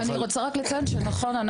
אני רוצה לציין שנכון,